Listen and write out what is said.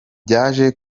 byaje